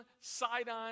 Sidon